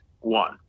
One